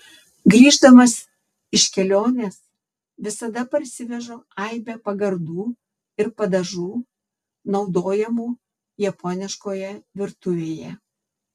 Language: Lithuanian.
grįždamas iš kelionės visada parsivežu aibę pagardų ir padažų naudojamų japoniškoje virtuvėje